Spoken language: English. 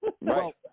Right